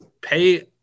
Pay